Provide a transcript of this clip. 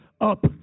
up